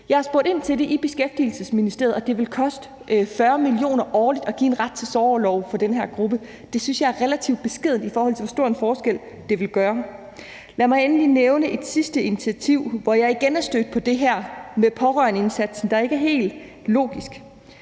Jeg har spurgt ind til det i Beskæftigelsesministeriet, og det vil koste 40 mio. kr. årligt at give en ret til sorgorlov for den her gruppe, og det synes jeg er et relativt beskedent beløb, i forhold til hvor stor en forskel det vil gøre. Lad mig endelig nævne et sidste initiativ, hvor jeg igen er stødt på det her med pårørendeindsatsen, der ikke er helt logisk.